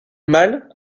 mâle